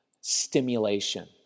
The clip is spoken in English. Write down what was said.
Stimulation